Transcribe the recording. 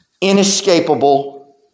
inescapable